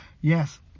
yes